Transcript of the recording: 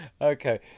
Okay